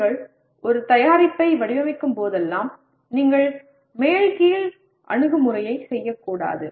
நீங்கள் ஒரு தயாரிப்பை வடிவமைக்கும்போதெல்லாம் நீங்கள் மேல் கீழ் அணுகுமுறையை செய்யக்கூடாது